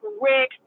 Rick